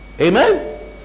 Amen